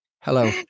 hello